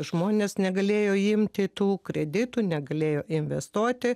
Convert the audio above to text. žmonės negalėjo imti tų kreditų negalėjo investuoti